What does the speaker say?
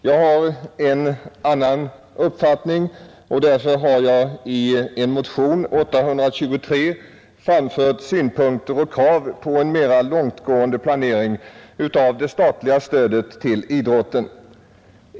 Jag har en annan uppfattning, och därför har jag i en motion, nr 823, framfört synpunkter och krav på en mera långtgående planering av det statliga stödet till idrotten.